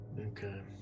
Okay